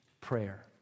prayer